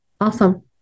Awesome